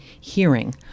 hearing